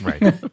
Right